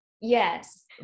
yes